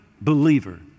believer